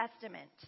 Testament